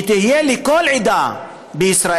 שזה יהיה לכל עדה בישראל.